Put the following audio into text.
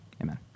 Amen